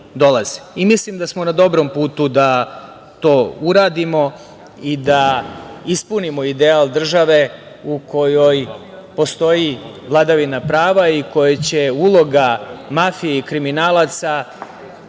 i mislim da smo na dobrom putu da to uradimo i da ispunimo ideal države u kojoj postoji vladavina prava i u kojoj će uloga mafije i kriminalaca